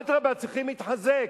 אדרבה, צריכים להתחזק.